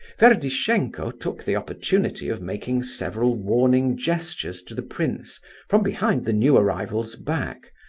ferdishenko took the opportunity of making several warning gestures to the prince from behind the new arrival's back,